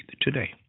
today